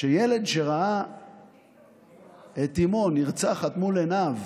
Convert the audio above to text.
שילד שראה את אימו נרצחת מול עיניו